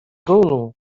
królu